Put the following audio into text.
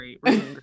great